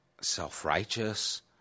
self-righteous